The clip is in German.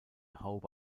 haube